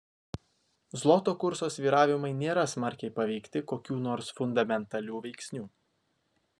zloto kurso svyravimai nėra smarkiai paveikti kokių nors fundamentalių veiksnių